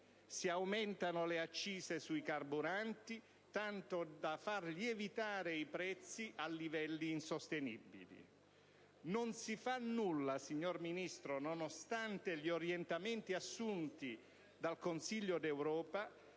si aumentano le accise sui carburanti, tanto da far lievitare i prezzi a livelli insostenibili. Non si fa nulla, signor Ministro, nonostante gli orientamenti assunti dal Consiglio d'Europa,